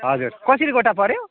हजुर कसरी गोटा पऱ्यो